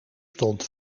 stond